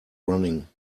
running